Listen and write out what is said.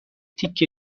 تیکه